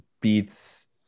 beats